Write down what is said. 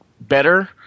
better